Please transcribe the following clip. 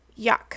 Yuck